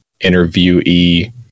interviewee